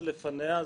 זו שלפניה,